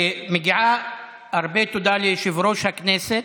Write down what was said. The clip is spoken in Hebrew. מגיעה הרבה תודה ליושב-ראש הכנסת,